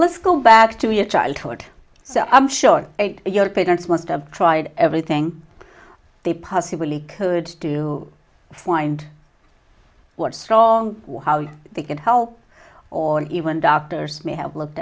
let's go back to your childhood so i'm sure your parents must have tried everything they possibly could to find what's wrong how they can help or even doctors may have looked